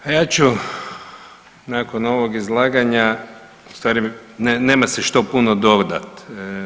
Ja ću nakon ovog izlaganja u stvari nema se što puno dodati.